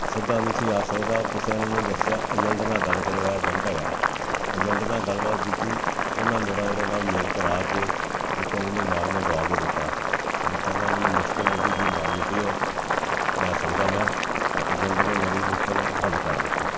ਸਿੱਧਾ ਨਹੀਂ ਸੀ ਆ ਸਕਦਾ ਕਿਸੇ ਨੂੰ ਮੈਨੂੰ ਦੱਸਿਆ ਏਜੰਟ ਨਾਲ ਗੱਲ ਕਰੋ ਏਜੰਟ ਹੈਗਾ ਏਜੰਟ ਨਾਲ ਗੱਲਬਾਤ ਕੀਤੀ ਉਹਨਾਂ ਮੇਰਾ ਉਹਦੇ ਨਾਲ ਮੇਲ ਕਰਾ ਕੇ ਉੱਥੋਂ ਮੈਨੂੰ ਮਾਲ ਮੰਗਵਾ ਕੇ ਦਿੱਤਾ ਜਿਥੇ ਪਹਿਲਾਂ ਮੈਨੂੰ ਮੁਸ਼ਕਿਲ ਆਉਂਦੀ ਸੀ ਮਾਲ ਨਹੀਂ ਸੀ ਉਹ ਲੈ ਸਕਦਾ ਮੈਂ ਏਜੰਟ ਨੇ ਮੇਰੀ ਮੁਸ਼ਕਿਲ ਹੱਲ ਕਰ ਦਿੱਤੀ